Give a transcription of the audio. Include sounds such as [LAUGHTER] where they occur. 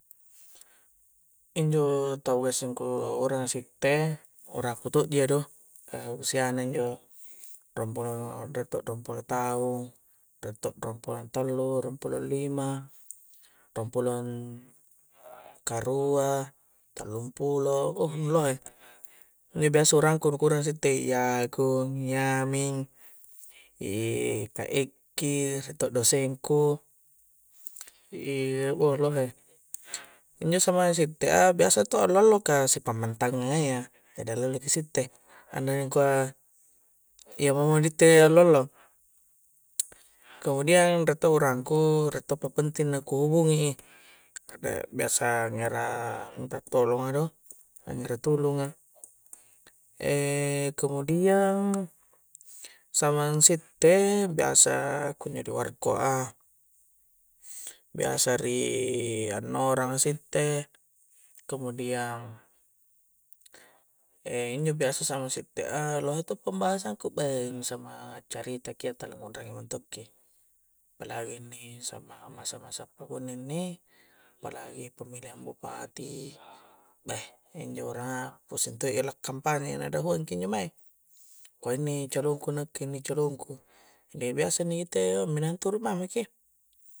Injo tau gassing ku uranga sitte urangku to' ji iya do ka usia na injo ruang pulo, riek to' ruang pulo taung riek to' ruang pulo tallu ruang pulo lima ruang pulong karua tallung pulo, ouh nu lohe inni biasa urang ku nu ku uranga sitte i agung, i aming [HESITATION] kak ekki riek to' doseng ku [HESITATION] ouh lohe injo samang sitte a, biasa to allo-allo ka si pammantangnganga iya jadi allo-allo ki sitte andana ja angkua iya mamo ni itte allo-allo kemudiang riek to' urang ku riek toppa penting naku hubungi i rek biasa ngera minta tolonga do angera tulunga [HESITATION] kemudiang samang sittei biasa kunjo di warko'a biasa ri [HESITATION] annoranga sitte kemudiang [HESITATION] injo biasa samang sitte a v lohe to' pembahasan ku beh nu sama accarita ki iya tala ngukrangi mentokki, apalagi inni samang masa-masa pakunni inni apalagi pammilihang bupati beh injo uranganga gasing to i la kampanye na dahuang ki injo mae angkua inni calong ku nakke inni calong ku jadi biasa inni gitte [HESITATION] minahang todo mami ki